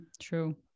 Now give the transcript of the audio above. True